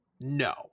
no